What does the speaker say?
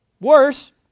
worse